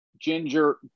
Ginger